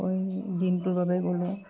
দিনটো